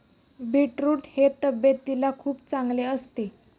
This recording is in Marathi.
बीटरूट हे तब्येतीला खूप चांगले असते